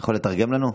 אתה יכול לתרגם לנו?